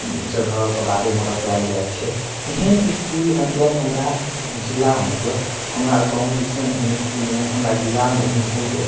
जगहके बारेमे बतायल जाइ छै एहन इसकुल मतलब हमरा जिलामे जँ हमरा गाँव दिसन एहन इसकुल नहि अइ हमरा जिलामे एहन बहुत